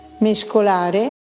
Mescolare